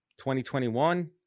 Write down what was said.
2021